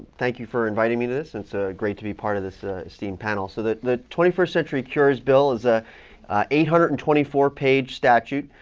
thank you for inviting me to this. it's ah great to be part of this esteemed panel. so the twenty first century cures bill is a eight hundred and twenty four page statute.